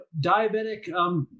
diabetic